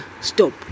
stop